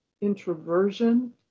introversion